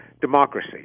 democracy